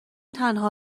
تنها